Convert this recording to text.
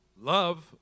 love